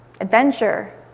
adventure